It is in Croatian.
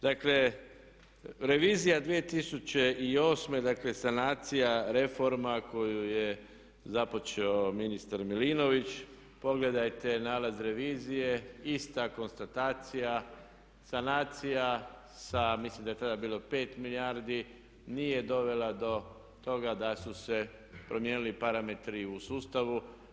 Dakle, revizija 2008., dakle sanacija reforma koju je započeo ministar Milinović pogledajte nalaz revizije ista konstatacija sanacija sa mislim da je tada bilo 5 milijardi nije dovela do toga da su se promijenili parametri u sustavu.